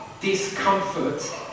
Discomfort